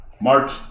March